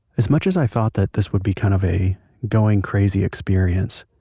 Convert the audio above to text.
as much as i thought that this would be kind of a going crazy experience,